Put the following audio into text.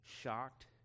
shocked